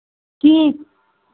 ठीक